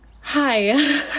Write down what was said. hi